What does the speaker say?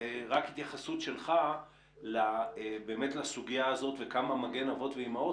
רק התייחסות שלך באמת לסוגיה הזאת וכמה "מגן אבות ואימהות"